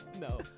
No